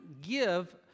give